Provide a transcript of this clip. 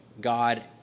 God